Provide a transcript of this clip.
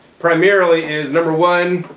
primarily, is number one